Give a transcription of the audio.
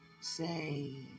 say